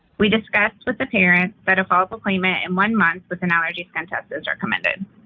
we discussed with the parent that a follow-up appointment in one month with an allergy skin test is recommended.